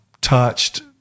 touched